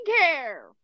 care